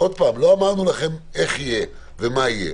שוב, לא אמרנו לכם איך יהיה ומה יהיה